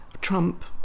Trump